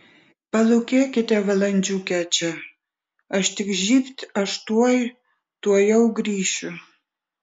palūkėkite valandžiukę čia aš tik žybt aš tuoj tuojau grįšiu